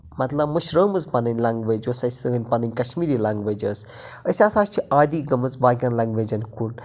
مطلب مٔشرٲومٕژ پَنٕنۍ لینگویٚج ہۄس اَسہِ سٲنۍ پَنٕنۍ کشمیٖری لینگویٚج ٲس أسۍ ہَسا چھِ عادی گٔمٕژ باقٮ۪ن لینگویٚجَن کُن